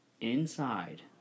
inside